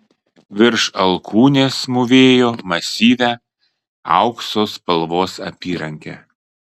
virš alkūnės mūvėjo masyvią aukso spalvos apyrankę